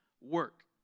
work